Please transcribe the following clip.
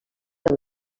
amb